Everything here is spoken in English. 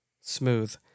Smooth